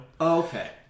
Okay